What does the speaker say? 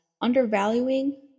undervaluing